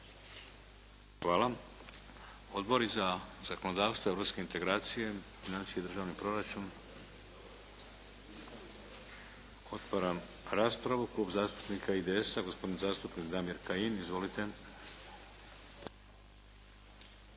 Hvala. Odbori za zakonodavstvo i europske integracije, financije, državni proračun. Otvaram raspravu. Klub zastupnika IDS-a, gospodin zastupnik Damir Kajin. Izvolite.